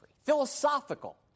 philosophical